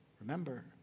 remember